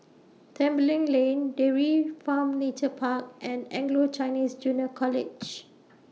Tembeling Lane Dairy Farm Nature Park and Anglo Chinese Junior College